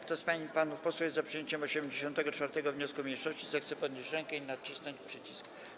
Kto z pań i panów posłów jest za przyjęciem 84. wniosku mniejszości, zechce podnieść rękę i nacisnąć przycisk.